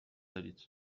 دارید